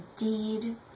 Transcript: indeed